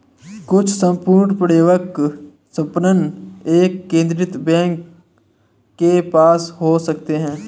कुछ सम्पूर्ण प्रभुत्व संपन्न एक केंद्रीय बैंक के पास हो सकते हैं